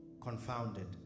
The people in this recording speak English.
confounded